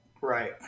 Right